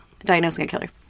diagnosingakiller